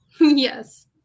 yes